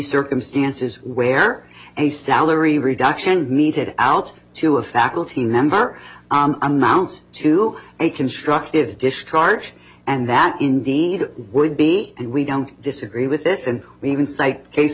circumstances where a salary reduction meted out to a faculty member i'm out to a constructive dish charge and that indeed would be and we don't disagree with this and we can cite case